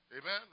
Amen